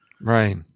Right